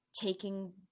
taking